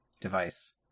device